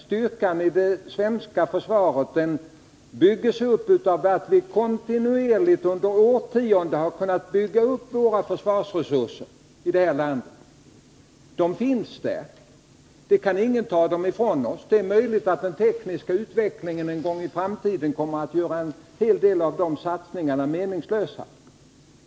Styrkan i det svenska försvaret bärs upp av att vi under årtionden kontinuerligt kunnat bygga upp våra försvarsresurser. De finns där, och ingen kan ta dem ifrån oss. Det är möjligt att den tekniska utvecklingen en gång i framtiden kommer att göra en hel del av dessa satsningar meningslösa.